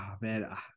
man